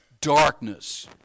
Darkness